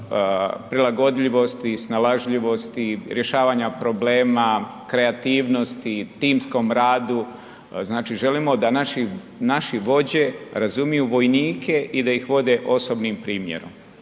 prilagodljivosti, snalažljivosti, rješavanja problema, kreativnosti, timskom radu, znači želimo da naše vođe razumiju vojnike i da ih vode osobnim primjerom.